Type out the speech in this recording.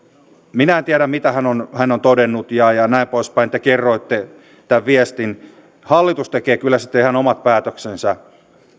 minä en tiedä mitä hän on hän on todennut ja ja näin poispäin te kerroitte tämän viestin hallitus tekee kyllä sitten ihan omat päätöksensä